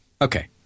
Okay